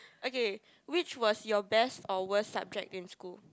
okay which was your best or worst subject in school